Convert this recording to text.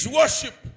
worship